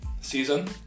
season